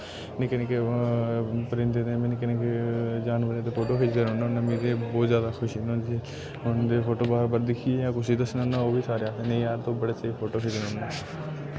निक्के निक्के परिंदे ते निक्के निक्के जानवरे दे फोटो खीचदे रौह्ना होन्ना में ते मी ना बोह्त जैदा खुशी होंदी उंदे फोटो बार बार दिखिए कुसै दी दस्सना होन्ना ओह् बी सारे आखदे नेईं जार तु बोह्त स्हेई फोटो खिचना होन्ना